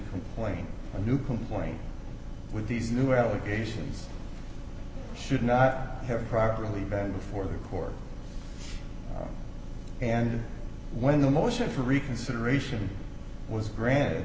complaint a new complaint with these new allegations should not have properly vetted before the court and when the motion for reconsideration was gran